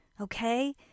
okay